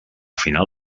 final